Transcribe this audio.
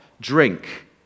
drink